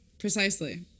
Precisely